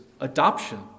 adoption